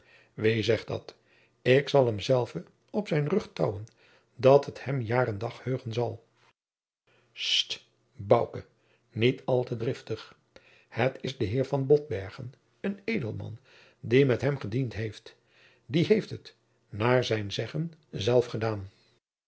wie zegt dat ik zal hemzelven op zijn rug touwen dat het hem jaar en dag heugen zal st bouke niet al te driftig het is de heer van botbergen een edelman die met hem gediend heeft die heeft het naar zijn zeggen zelf gedaan